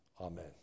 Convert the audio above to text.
Amen